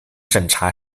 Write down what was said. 审查